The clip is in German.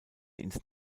ins